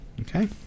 Okay